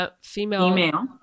female